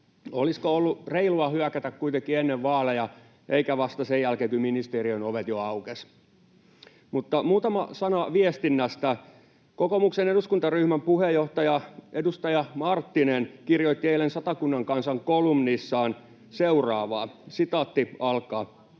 Olisiko ollut reilua hyökätä kuitenkin ennen vaaleja eikä vasta sen jälkeen, kun ministeriön ovet jo aukesivat? Mutta muutama sana viestinnästä: Kokoomuksen eduskuntaryhmän puheenjohtaja, edustaja Marttinen kirjoitti eilen Satakunnan Kansan kolumnissaan seuraavaa: ”Hallitus